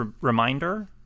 reminder